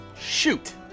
Shoot